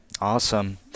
Awesome